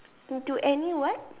do any what